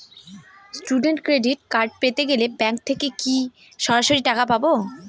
Student credit card পেতে গেলে bank থেকে কি সরাসরি টাকা পাবো?